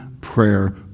prayer